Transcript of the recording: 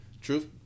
truth